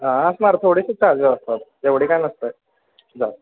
हां असणार थोडेसेच चार्जेस असतात एवढे काय नसतंय जा